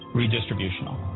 redistributional